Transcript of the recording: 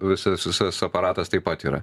visas visas aparatas taip pat yra